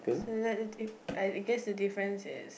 so that that that I I guess the difference is